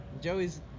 joey's